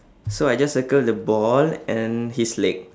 so I just circle the ball and his leg